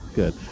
good